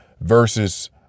versus